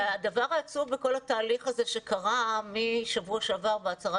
הדבר העצוב בכל התהליך הזה שקרה משבוע שעבר וההצהרה